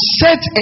set